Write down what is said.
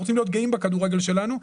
אנחנו רוצים להיות גאים בכדורגל שלנו.